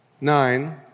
nine